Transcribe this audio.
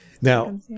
Now